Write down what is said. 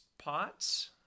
pots